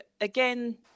again